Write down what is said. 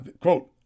Quote